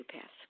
pass